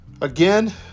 again